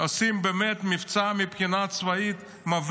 עושים מבצע מבריק מבחינה צבאית.